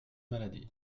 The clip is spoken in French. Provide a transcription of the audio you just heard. maladies